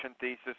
thesis